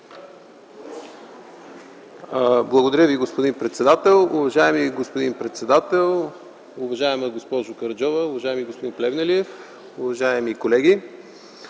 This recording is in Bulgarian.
Благодаря Ви, господин председател. Уважаеми господин председател, уважаема госпожо Караджова, уважаеми господин Плевнелиев, уважаеми колеги!